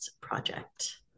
project